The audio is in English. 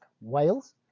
Wales